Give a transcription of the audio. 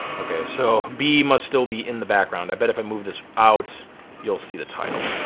okay so b must still be in the background. i bet if i moved this out you'll see the title.